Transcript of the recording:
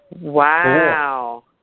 Wow